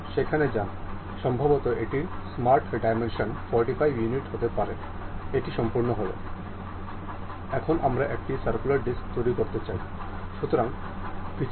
এখন এই এক্সপ্লোর করা দৃশ্যের একটি ফলক রয়েছে এবং এইগুলি সেই এক্সপ্লোর করা দৃশ্যের জন্য সেটিংস